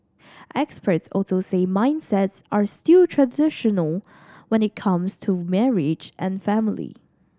experts also say mindsets are still fairly traditional when it comes to marriage and family